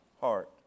heart